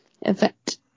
event